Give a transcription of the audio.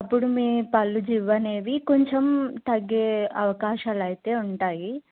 అప్పుడు మీ పళ్ళు జివ్వు అనేవి కొంచెం తగ్గే అవకాశాలు అయితే ఉంటాయి